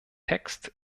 text